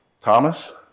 Thomas